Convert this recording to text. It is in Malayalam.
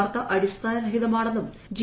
വാർത്ത അടിസ്ഥാന രഹിതമാണെന്നും ജി